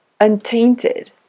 untainted